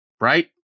right